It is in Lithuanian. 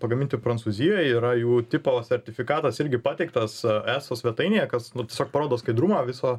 pagaminti prancūzijoj yra jų tipo sertifikatas irgi pateiktas eso svetainėje kas nu tiesiog parodo skaidrumą viso